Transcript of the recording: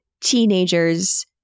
teenagers